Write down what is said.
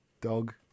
Dog